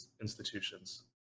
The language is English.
institutions